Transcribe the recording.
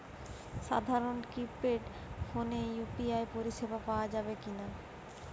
সাধারণ কিপেড ফোনে ইউ.পি.আই পরিসেবা পাওয়া যাবে কিনা?